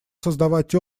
создавать